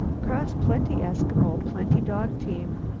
cross plenty eskimo, plenty dog-team.